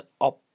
up